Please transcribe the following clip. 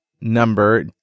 number